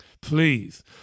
Please